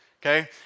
Okay